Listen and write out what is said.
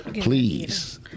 please